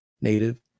Native